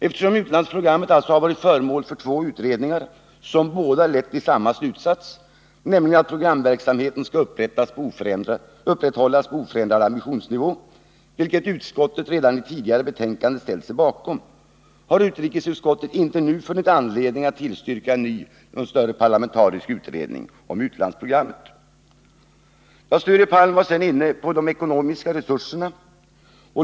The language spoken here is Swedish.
Eftersom utlandsprogrammet varit föremål för två utredningar, som båda lett till samma slutsats, att programverksamheten skall upprätthållas på oförändrad ambitionsnivå, vilket utskottet redan i tidigare betänkanden ställt sig bakom, har utrikesutskottet inte funnit anledning att nu tillstyrka en ny och större parlamentarisk utredning om utlandsprogrammen. Sture Palm var i sitt anförande också inne på de ekonomiska resurserna.